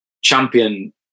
champion